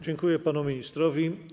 Dziękuję panu ministrowi.